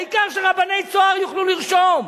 העיקר שרבני "צהר" יוכלו לרשום,